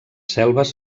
selves